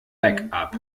back